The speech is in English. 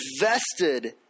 invested